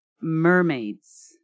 mermaids